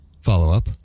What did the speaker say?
follow-up